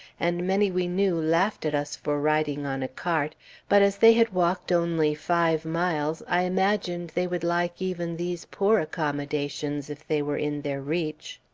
and many we knew laughed at us for riding on a cart but as they had walked only five miles, i imagined they would like even these poor accommodations if they were in their reach.